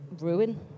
ruin